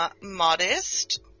modest